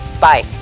Bye